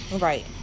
right